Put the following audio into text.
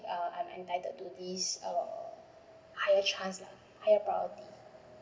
uh I entitled to this higher change lah higher priority